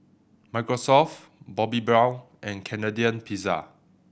Microsoft Bobbi Brown and Canadian Pizza